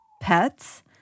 pets